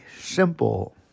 simple